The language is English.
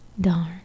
darn